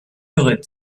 aurait